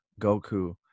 goku